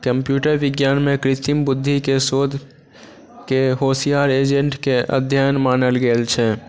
computer विज्ञानमे कृत्रिम बुद्धिके शोधके होशियार एजेन्टके अध्ययन मानल गेल छै